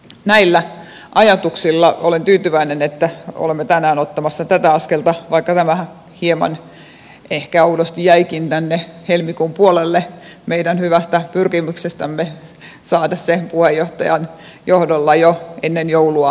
näillä ajatuksilla olen tyytyväinen että olemme tänään ottamassa tätä askelta vaikka tämä hieman ehkä oudosti jäikin tänne helmikuun puolelle huolimatta meidän hyvästä pyrkimyksestämme saada se puheenjohtajan johdolla jo ennen joulua valmiiksi